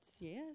Yes